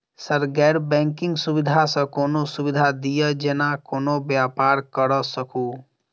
Sir गैर banking सुविधा सँ कोनों सुविधा दिए जेना कोनो व्यापार करऽ सकु?